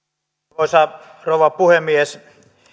arvoisa rouva puhemies